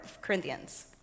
Corinthians